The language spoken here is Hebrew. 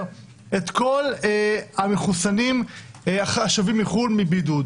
את כל המחוסנים השבים מחו"ל מבידוד.